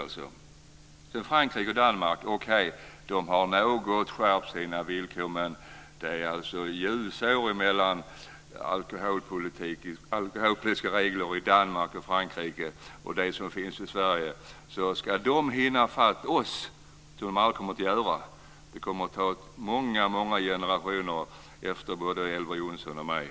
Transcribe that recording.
Okej, Frankrike och Danmark har något skärpt sina villkor, men det är ljusår mellan de alkoholpolitiska reglerna i Danmark och i Frankrike och de som finns i Sverige. För att de ska hinna fatt oss - vilket jag tror att de aldrig gör - kommer det att krävas många generationer efter både Elver Jonsson och mig.